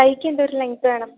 കൈയ്ക്ക് എന്തോരം ലെങ്ത്ത് വേണം